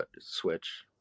switch